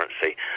currency